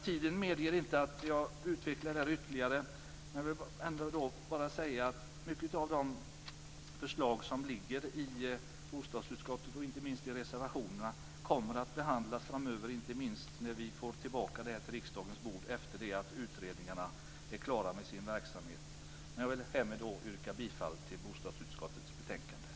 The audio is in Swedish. Tiden medger inte att jag utvecklar detta ytterligare, men jag vill ändå säga att många av de förslag som finns i bostadsutskottets betänkande och inte minst i reservationerna kommer att behandlas framöver, när vi får tillbaka ärendet på riksdagens bord efter det att utredningarna är klara med sin verksamhet. Jag vill härmed yrka bifall till hemställan i bostadsutskottets betänkande.